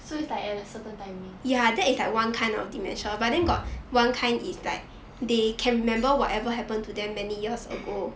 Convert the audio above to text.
so it's like at a certain timing